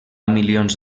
milions